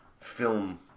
film